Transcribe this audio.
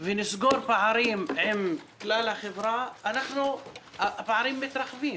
ונסגור פערים עם כלל החברה, הפערים מתרחבים.